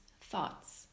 thoughts